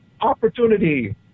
opportunity